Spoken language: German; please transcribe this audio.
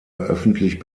öffentlich